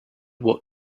what